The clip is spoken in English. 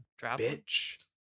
bitch